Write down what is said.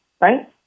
right